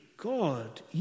God